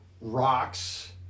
rocks